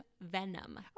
venom